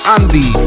Andy